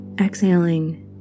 Exhaling